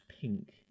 pink